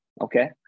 okay